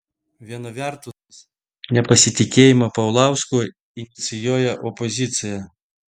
viena vertus nepasitikėjimą paulausku inicijuoja opozicija